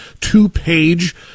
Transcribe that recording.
two-page